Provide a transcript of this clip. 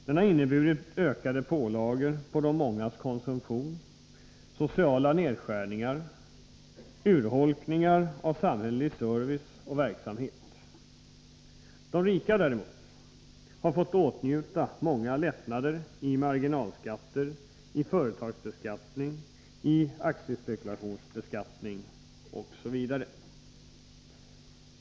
Den har inneburit ökade pålagor på de mångas konsumtion, sociala nedskärningar, urholkningar av samhällelig service och verksamhet. De rika däremot har fått åtnjuta många lättnader i marginalskatter, i företagsbeskattning, i aktiespekulationsbeskattning osv.